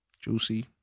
juicy